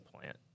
plant